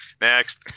Next